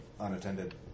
unattended